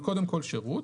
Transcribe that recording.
אז קודם כל שירות,